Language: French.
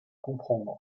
comprendre